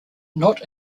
not